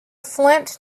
flint